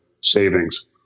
savings